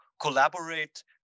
collaborate